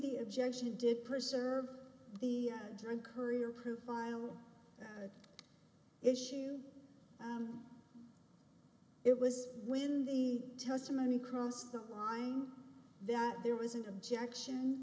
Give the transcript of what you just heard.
the objection to preserve the drug courier proof i will issue it was when the testimony crossed the line that there was an objection